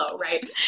right